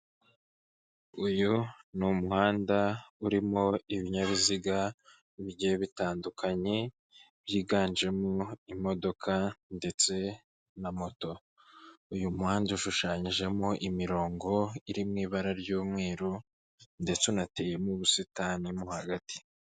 Uyu ni umuhanda urimo ibinyabiziga bigiye bitandukanye, byiganjemo imodoka ndetse na moto, uyu muhanda ushushanyijemo imirongo iri mu ibara ry'umweru ndetse unateyemo ubusitani mo hagati.